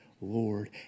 Lord